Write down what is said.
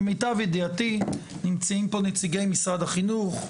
למיטב ידיעתי נמצאים פה נציגי משרד החינוך,